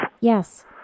Yes